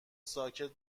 ساکت